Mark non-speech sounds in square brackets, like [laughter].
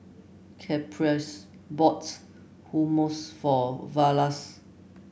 Caprice [unintelligible] Hummus for Vlasta